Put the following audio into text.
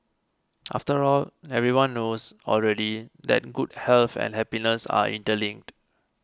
after all everyone knows already that good health and happiness are interlinked